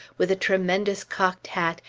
with a tremendous cocked hat,